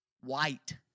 white